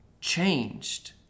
changed